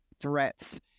threats